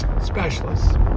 specialists